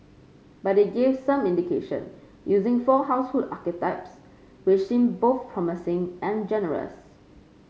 but it gave some indication using four household archetypes which seem both promising and generous